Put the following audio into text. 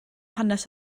hanes